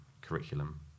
curriculum